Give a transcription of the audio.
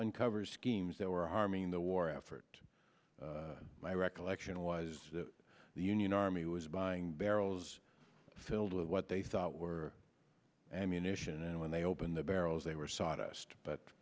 uncover schemes that were harming the war effort my recollection was that the union army was buying barrels filled with what they thought were ammunition and when they open the barrels they were